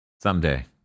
Someday